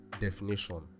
definition